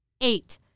Eight